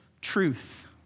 truth